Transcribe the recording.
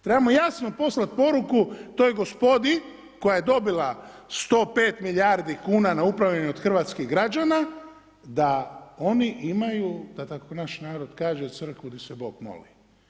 Trebamo jasno poslati poruku toj gospodi koja je dobila 105 milijardi kuna na upravljanje od hrvatskih građana, da oni imaju, da tako naš narod kaže crkvu di se bog moli.